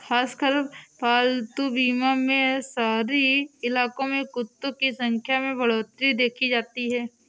खासकर पालतू बीमा में शहरी इलाकों में कुत्तों की संख्या में बढ़ोत्तरी देखी जाती है